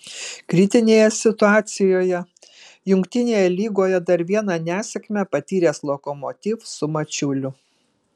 kritinėje situacijoje jungtinėje lygoje dar vieną nesėkmę patyręs lokomotiv su mačiuliu